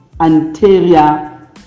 anterior